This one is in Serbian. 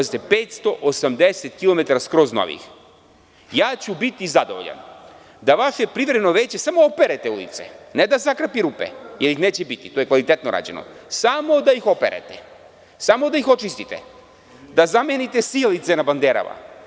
Ja ću biti zadovoljan da vaše privremeno veće samo opere te ulice, ne da zakrpi rupe, jer ih neće biti, sve je kvalitetno rađeno, samo da ih operete, samo da ih očistite, da zamenite sijalice na banderama.